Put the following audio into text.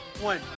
one